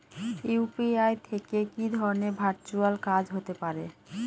UPI থেকে কি ধরণের ভার্চুয়াল কাজ হতে পারে?